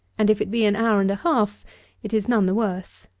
and if it be an hour and a half it is none the worse.